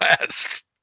West